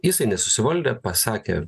jisai nesusivaldė pasakė